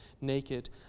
naked